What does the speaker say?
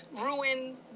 ruin